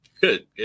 good